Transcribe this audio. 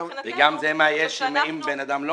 זה מה שגם יהיה אם האדם לא